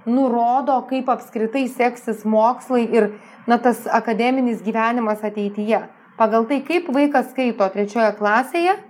nurodo kaip apskritai seksis mokslai ir na tas akademinis gyvenimas ateityje pagal tai kaip vaikas skaito trečioje klasėje